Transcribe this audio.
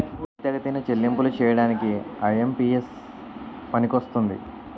పోరితెగతిన చెల్లింపులు చేయడానికి ఐ.ఎం.పి.ఎస్ పనికొస్తుంది